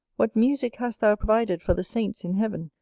what musick hast thou provided for the saints in heaven,